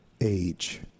age